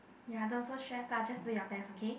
ya don't so stress lah just do your best okay